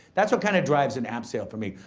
that's what kind of drives an app sale for me.